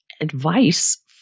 advice